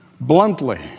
bluntly